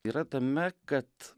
yra tame kad